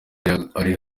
ari